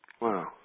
Wow